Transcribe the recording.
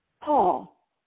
Paul